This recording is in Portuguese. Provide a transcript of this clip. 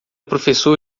professor